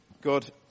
God